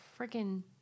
freaking